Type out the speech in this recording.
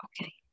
Okay